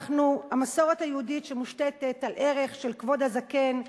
המסורת היהודית מושתתת על ערך של כבוד הזקן,